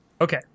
Okay